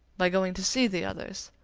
by going to see the others.